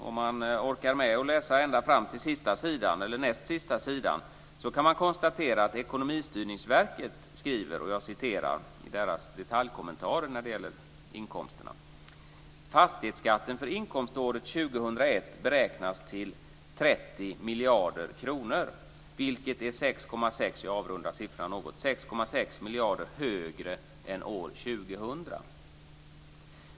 Om man orkar med att läsa ända fram till den näst sista sidan kan man konstatera att Ekonomistyrningsverket skriver i sina detaljkommentarer när det gäller inkomsterna: Fastighetsskatten för inkomståret 2001 beräknas till 30 miljarder kronor, vilket är 6,6 miljarder - jag avrundar siffran något - högre än år 2000.